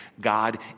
God